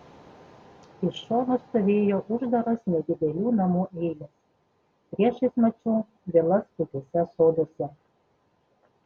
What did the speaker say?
iš šonų stovėjo uždaros nedidelių namų eilės priešais mačiau vilas puikiuose soduose